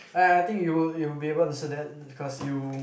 ah I think you would you would be able to say that because you